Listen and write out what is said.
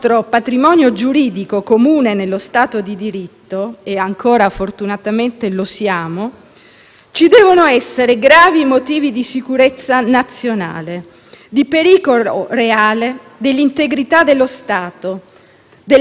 ci devono essere gravi motivi di sicurezza nazionale, di pericolo reale per l'integrità dello Stato, per la vita e l'incolumità delle persone e per i diritti costituzionali fondamentali dei cittadini.